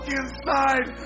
inside